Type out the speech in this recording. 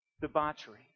Debauchery